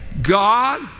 God